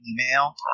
email